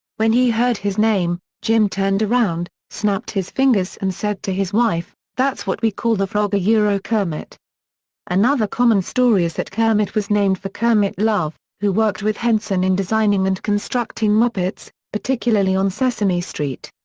when he heard his name jim turned around, snapped his fingers and said to his wife, that's what we call the frog yeah kermit another common story is that kermit was named for kermit love, who worked with henson in designing and constructing muppets, particularly on sesame street.